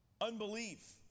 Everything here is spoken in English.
Unbelief